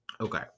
Okay